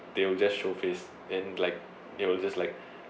they will just show face and like they will just like